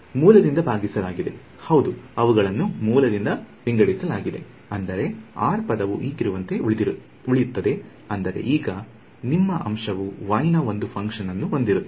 ಮೂಲದಿಂದ ಭಾಗಿಸಲಾಗಿದೆ ಹೌದು ಅವುಗಳನ್ನು ಮೂಲದಿಂದ ವಿಂಗಡಿಸಲಾಗಿದೆ ಅಂದರೆ ಆರ್ ಪದವು ಈಗಿರುವಂತೆ ಉಳಿಯುತ್ತದೆ ಅಂದರೆ ಈಗ ನಿಮ್ಮ ಅಂಶವು y ನ ಒಂದು ಫಂಕ್ಷನ್ ಅನ್ನು ಹೊಂದಿರುತ್ತದೆ